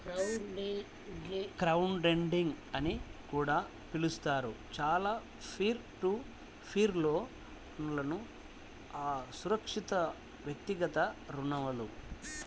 crowdlending అని కూడా పిలుస్తారు, చాలా పీర్ టు పీర్ లోన్లుఅసురక్షితవ్యక్తిగత రుణాలు